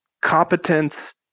competence